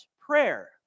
prayer